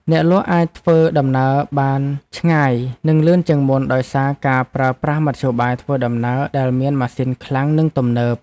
អ្នកលក់អាចធ្វើដំណើរបានឆ្ងាយនិងលឿនជាងមុនដោយសារការប្រើប្រាស់មធ្យោបាយធ្វើដំណើរដែលមានម៉ាស៊ីនខ្លាំងនិងទំនើប។